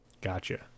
Gotcha